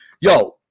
yo